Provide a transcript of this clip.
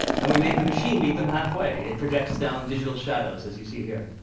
and we make the machine meet them half way. it projects down digital shadows, as you see here.